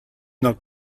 not